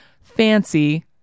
Fancy